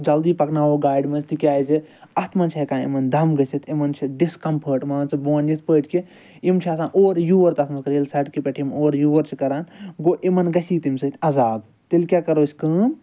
جلدی پَکناوو گاڑِ مَنٛز تکیازِ اَتھ مَنٛز چھُ ہٮ۪کان یِمن دم گٔژھِتھ یِمن چھ ڈِسکَمفٲٹ مان ژٕ بہٕ وَنہٕ یِتھ پٲٹھۍ کہِ یِم چھِ آسان اورٕ یور تتھ مَنٛز کَران ییٚلہِ سَڑکہِ پٮ۪ٹھ یِم اورٕ یور چھِ کَران گوٚو یِمَن گَژھی تَمہِ سۭتۍ عَزاب تیٚلہِ کیاہ کرو أسۍ کٲم